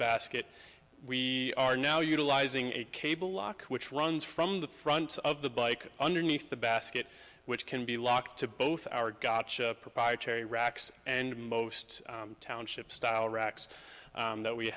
basket we are now utilizing a cable lock which runs from the front of the bike underneath the basket which can be locked to both our gotcha proprietary racks and most township style racks that we